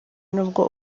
nubwo